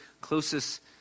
closest